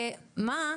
מה?